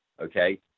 okay